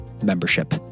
membership